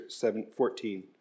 14